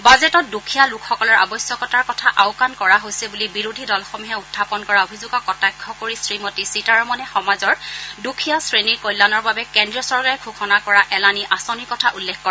বাজেটত দুখীয়া লোকসকলৰ আৱশ্যকতাৰ কথা আওকাণ কৰা হৈছে বুলি বিৰোধী দলসমূহে উখাপন কৰা অভিযোগক কটাক্ষ কৰি শ্ৰীমতী সীতাৰমণে সমাজৰ দুখীয়া শ্ৰেণীৰ কল্যাণৰ বাবে কেন্দ্ৰীয় চৰকাৰে ঘোষণা কৰা এলানি আঁচনিৰ কথা উল্লেখ কৰে